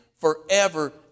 forever